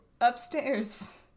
upstairs